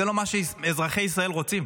זה לא מה שאזרחי ישראל רוצים.